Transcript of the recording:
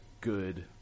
good